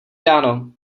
ráno